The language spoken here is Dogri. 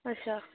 अच्छा